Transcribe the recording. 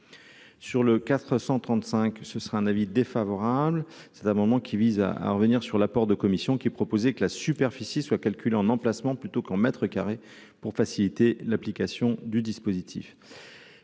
sur le 435 ce sera un avis défavorable, c'est un moment qui visent à à revenir sur la porte de commission qui est proposé que la superficie soit, calcule en emplacement plutôt qu'en mètres carré pour faciliter l'application du dispositif